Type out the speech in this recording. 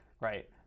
right